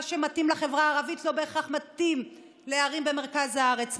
מה שמתאים לחברה הערבית לא בהכרח מתאים לערים במרכז הארץ,